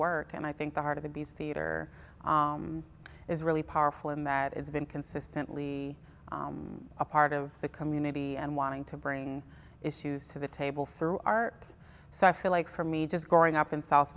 work and i think the heart of the beast theatre is really powerful in that it's been consistently a part of the community and wanting to bring issues to the table through art so i feel like for me just growing up in south